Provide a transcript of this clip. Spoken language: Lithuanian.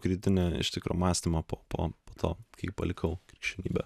kritinį iš tikro mąstymą po po to kai palikau krikščionybę